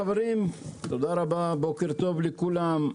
תודה רבה ובוקר טוב לכולם.